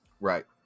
Right